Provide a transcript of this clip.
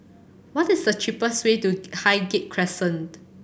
what is the cheapest way to Highgate Crescent